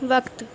وقت